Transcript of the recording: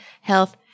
Health